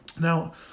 Now